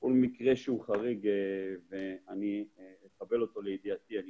כל מקרה חריג שאקבל לידיעתי אני